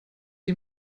ihm